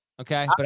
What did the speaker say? okay